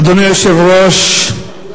אדוני היושב-ראש,